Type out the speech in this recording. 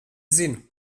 zinu